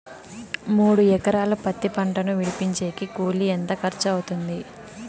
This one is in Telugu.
మూడు ఎకరాలు పత్తి పంటను విడిపించేకి కూలి ఎంత ఖర్చు అవుతుంది?